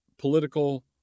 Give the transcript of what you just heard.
political